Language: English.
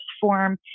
form